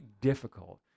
difficult